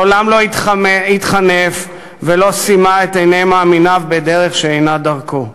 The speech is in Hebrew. מעולם לא התחנף ולא סימא את עיני מאמיניו בדרך שאינה דרכו.